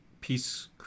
peace